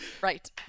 Right